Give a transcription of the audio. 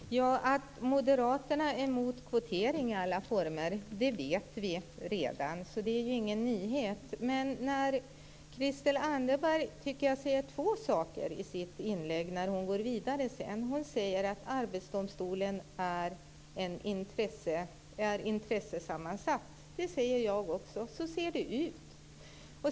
Herr talman! Vi vet redan att Moderaterna är emot kvotering i alla former - det är ingen nyhet. Jag tycker att Christel Anderberg säger två saker när hon går vidare i sitt inlägg. Dels säger hon att Arbetsdomstolen är intressesammansatt. Det säger jag också. Så ser det ut.